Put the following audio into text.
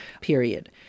period